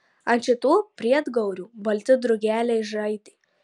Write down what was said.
ant šitų briedgaurių balti drugeliai žaidė